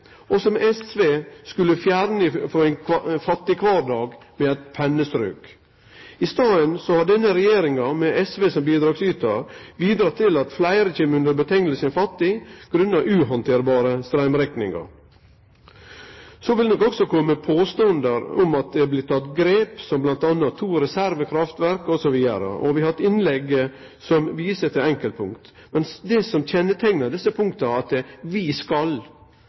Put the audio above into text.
og som SV skulle fjerne frå ein fattigkvardag med eit pennestrøk. I staden har denne regjeringa med SV som bidragsytar, bidrege til at fleire kjem under nemninga «fattig» grunna uhandterlege straumrekningar. Så vil det nok òg komme påstandar om at det blir teke grep, som m.a. to reservekraftverk. Vi har hatt innlegg som viser til enkeltpunkt. Men det som kjenneteiknar desse punkta er at «vi skal», men dei har ikkje gitt eit tidsvindauge der vi